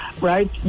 right